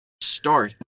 Start